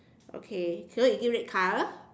okay so is it red color